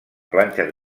planxes